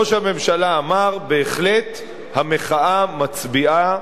ראש הממשלה אמר: בהחלט, המחאה מצביעה